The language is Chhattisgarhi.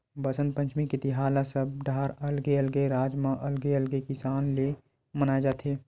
बसंत पंचमी तिहार ल सबे डहर अलगे अलगे राज म अलगे अलगे किसम ले मनाए जाथे